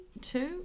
two